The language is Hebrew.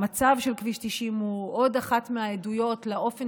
המצב של כביש 90 הוא עוד אחת מהעדויות לאופן